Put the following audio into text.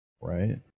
Right